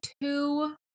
two